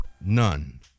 none